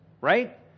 right